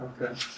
Okay